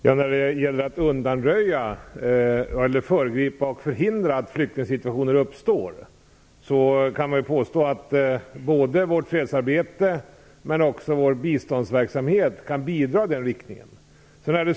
Herr talman! När det gäller att föregripa och förhindra att flyktingsituationer uppstår kan man påstå att både vårt fredsarbete och vår biståndsverksamhet kan bidra i den riktningen.